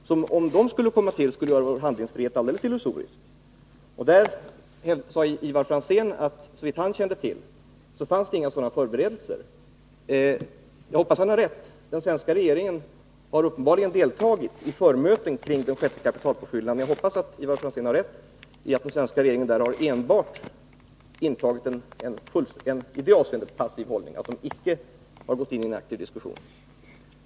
Om nya pengar skulle komma till, skulle det göra vår handlingsfrihet alldeles illusorisk. Ivar Franzén sade ju att det, såvitt han kände till, inte fanns några sådana förberedelser. Jag hoppas att han har rätt. Den svenska regeringen har uppenbarligen deltagit i förmöten kring den sjätte kapitalpåfyllningen. Men jag hoppas som sagt att Ivar Franzén har rätt i att den svenska regeringen i det avseendet enbart intagit en passiv hållning och icke gått in i någon aktiv diskussion.